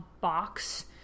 box